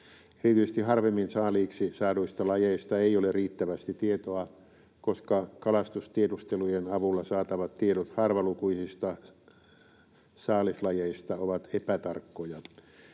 Erityisesti harvemmin saaliiksi saaduista lajeista ei ole riittävästi tietoa, koska kalastustiedustelujen avulla saatavat tiedot harvalukuisista saalislajeista ovat epätarkkoja.